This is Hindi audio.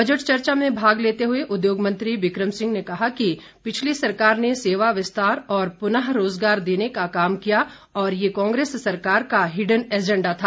बजट चर्चा में भाग लेते हए उद्योग मंत्री विक्रम सिंह ने कहा कि पिछली सरकार ने सेवा विस्तार और पुनः रोजगार देने का काम किया और यह कांग्रेस सरकार का हिडन ऐजेंडा था